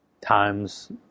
times